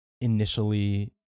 initially